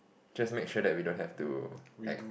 just make sure that we don't have to act